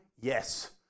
Yes